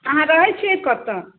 अहाँ रहैत छियै कतय